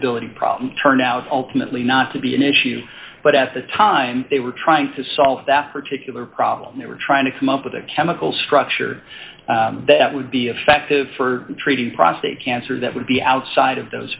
ability problem turned out ultimately not to be an issue but at the time they were trying to solve that particular problem they were trying to come up with a chemical structure that would be effective for treating prostate cancer that would be outside of those